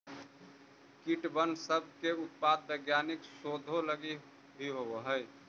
कीटबन सब के उत्पादन वैज्ञानिक शोधों लागी भी होब हई